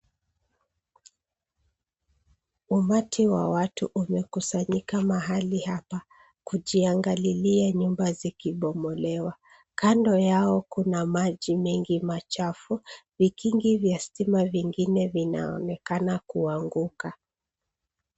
Umati wa watu umekusanyika mahali hapa kujiangalilia nyumba zikibomolewa. Kando yao kuna maji mengi machafu. Vigingi vya stima vingine vinaonekana kuanguka.